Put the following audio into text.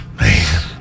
Man